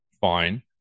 fine